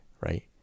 right